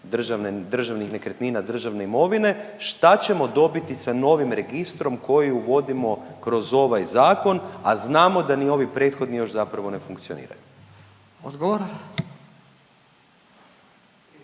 državnih nekretnina, državne imovine šta ćemo dobiti sa novim registrom koji uvodimo kroz ovaj zakon, a znamo da ni ovi prethodni još zapravo ne funkcioniraju? **Radin,